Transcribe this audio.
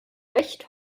recht